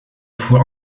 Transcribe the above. fois